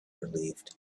relieved